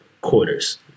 quarters